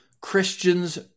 Christians